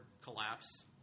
collapse